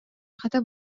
хата